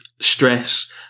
stress